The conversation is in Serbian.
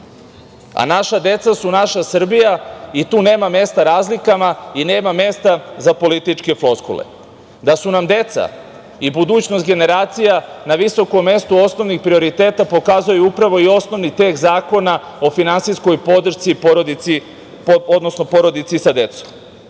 A naša deca su naša Srbija i tu nema mesta razlikama i nema mesta za političke floskule. Da su nam deca i budućnost generacija na visokom mestu osnovni prioriteti, pokazuju upravo i osnovni tekst zakona o finansijskoj podršci porodici sa decom. Jedno